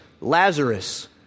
Lazarus